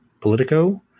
Politico